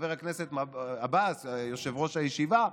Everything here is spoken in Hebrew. חבר הכנסת עבאס, יושב-ראש הישיבה,